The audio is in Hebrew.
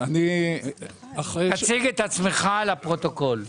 תציג את עצמך לפרוטוקול.